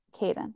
Caden